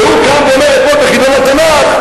והוא קם ואומר אתמול בחידון התנ"ך,